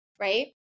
right